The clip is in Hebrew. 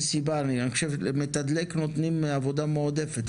מתדלק נותנים עבודה מועדפת?